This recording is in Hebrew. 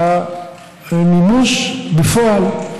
שהמימוש בפועל,